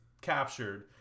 captured